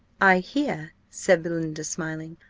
i hear, said belinda, smiling,